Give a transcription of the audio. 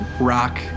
rock